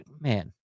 man